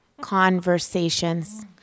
conversations